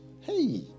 hey